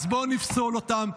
אז בוא נפסול אותם.